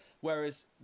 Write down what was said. whereas